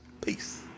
Peace